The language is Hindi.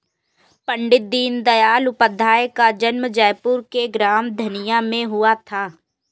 पण्डित दीनदयाल उपाध्याय का जन्म जयपुर के ग्राम धनिया में हुआ था